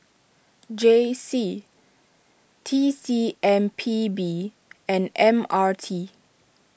J C T C M P B and M R T